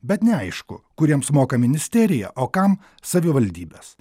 bet neaišku kuriems moka ministerija o kam savivaldybės